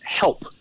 help